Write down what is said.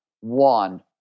one